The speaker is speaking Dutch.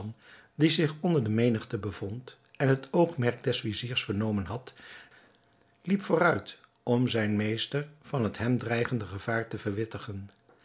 die zich onder de menigte bevond en het oogmerk des viziers vernomen had liep vooruit om zijn meester van het hem dreigende gevaar te verwittigen